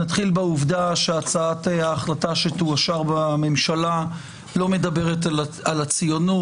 נתחיל בעובדה שהצעת ההחלטה שתאושר בממשלה לא מדברת על הציונות,